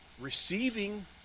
receiving